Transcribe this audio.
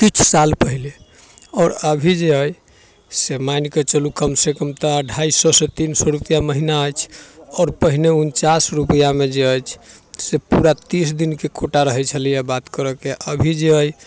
किछु साल पहिले आओर अभी जे अइ से मानिके चलू कमसँ कम तऽ अढ़ाइ सओसँ तीन सओ रुपैआ महिना अछि आओर पहिने उनचास रुपैआमे जे अछि से पूरा तीस दिनके कोटा रहै छलैए बात करऽके अभी जे अइ